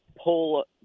pull